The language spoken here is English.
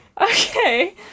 Okay